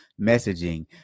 messaging